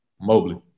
Mobley